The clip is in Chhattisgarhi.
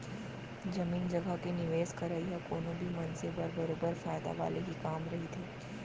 जमीन जघा के निवेस करई ह कोनो भी मनसे बर बरोबर फायदा वाले ही काम रहिथे